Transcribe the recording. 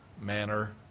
manner